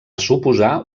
suposar